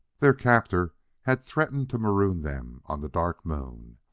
their captor had threatened to maroon them on the dark moon.